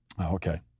Okay